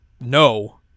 No